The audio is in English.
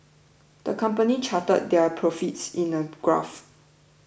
the company charted their profits in a graph